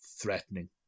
threatening